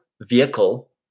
vehicle